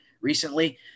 recently